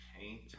paint